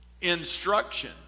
instruction